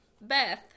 Beth